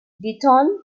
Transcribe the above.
ditton